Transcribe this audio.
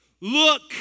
Look